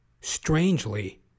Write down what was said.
strangely